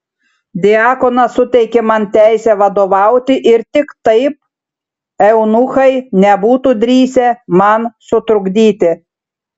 diakonas suteikė man teisę vadovauti ir tik taip eunuchai nebūtų drįsę man sutrukdyti